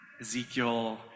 Ezekiel